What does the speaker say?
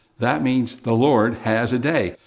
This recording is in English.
that means the lord has a day.